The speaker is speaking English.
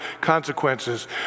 consequences